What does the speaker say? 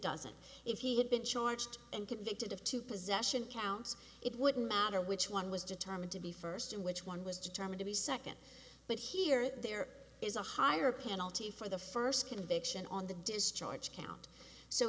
doesn't if he had been charged and convicted of two possession counts it wouldn't matter which one was determined to be first and which one was determined to be second but here there is a higher penalty for the first conviction on the discharge count so